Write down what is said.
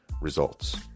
results